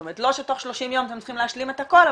זאת אומרת לא שתוך 30 יום אתם צריכים להשלים את הכל,